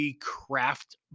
craft